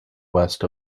west